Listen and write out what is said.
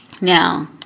Now